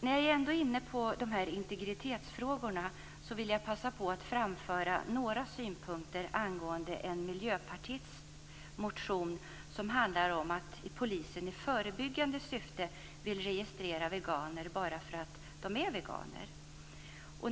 När jag ändå är inne på integritetsfrågorna vill jag passa på att framföra några synpunkter angående en miljöpartists motion som handlar om att polisen i förebyggande arbete vill registrera veganer bara för att de är veganer.